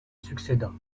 succéda